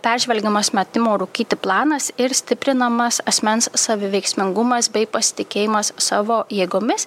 peržvelgiamas metimo rūkyti planas ir stiprinamas asmens saviveiksmingumas bei pasitikėjimas savo jėgomis